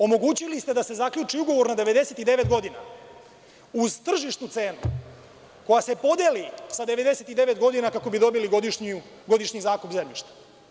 Omogućili ste da se zaključi ugovor na 99 godina, uz tržišnu cenu koja se podeli sa 99 godina kako bi dobili godišnji zakup zemljišta.